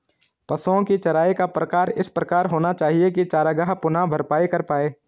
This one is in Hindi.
पशुओ की चराई का प्रकार इस प्रकार होना चाहिए की चरागाह पुनः भरपाई कर पाए